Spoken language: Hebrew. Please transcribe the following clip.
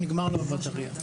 נגמרה לו הבטרייה.